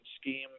scheme